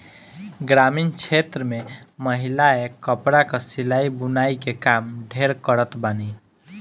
ग्रामीण क्षेत्र में महिलायें कपड़ा कअ सिलाई बुनाई के काम ढेर करत बानी